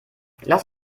lass